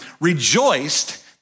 rejoiced